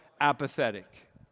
apathetic